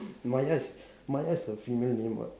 Maya is Maya is a female name what